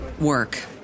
work